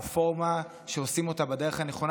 רפורמה שעושים אותה בדרך הנכונה.